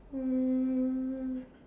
um